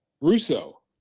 Russo